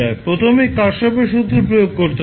প্রথমেই কারশ্যফের সূত্র প্রয়োগ করতে হবে